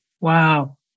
Wow